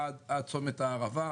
עד צומת הערבה.